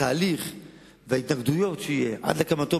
התהליך וההתנגדויות שיהיו עד להקמתו,